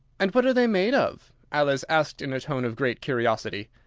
and what are they made of? alice asked in a tone of great curiosity.